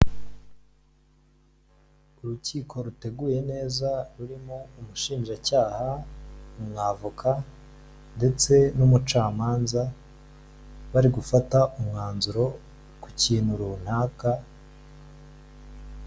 Urukiko ruteguye neza rurimo umushinjacyaha, umwavoka, ndetse n'umucamanza, bari gufata umwanzuro ku kintu runaka.